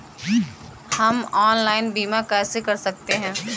हम ऑनलाइन बीमा कैसे कर सकते हैं?